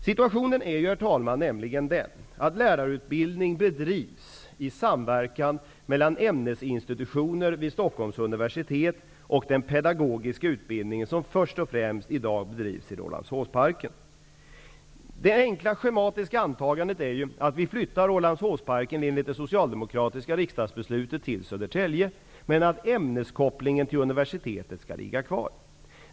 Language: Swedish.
Situationen är nämligen den att lärarutbildning bedrivs i samverkan mellan ämnesinstitutioner vid Stockholms universitet och den pedagogiska utbildning som i dag först och främst bedrivs vid Rålambshovsparken. Ett enkelt, schematiskt antagande är att Lärarhögskolan vid Rålambshovsparken enligt det socialdemokratiska riksdagsbeslutet flyttas till Södertälje, men att ämneskopplingen till universitet skall ligga kvar.